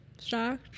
shocked